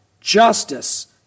justice